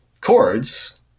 Chords